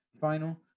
final